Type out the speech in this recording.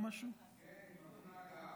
כן, היא מפנה גב.